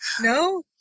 No